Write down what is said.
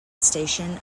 station